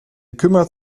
kümmert